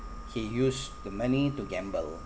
he used the money to gamble